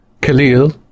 Khalil